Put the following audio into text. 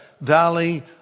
Valley